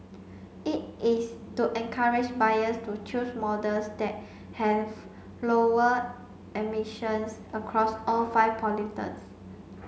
it is to encourage buyers to choose models that have lower emissions across all five pollutants